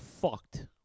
fucked